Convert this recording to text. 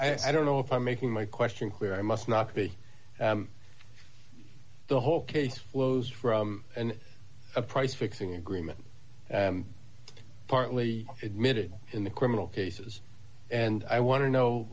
know i don't know if i'm making my question clear i must not be the whole case flows from an a price fixing agreement partly admitted in the criminal cases and i want to know